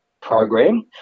program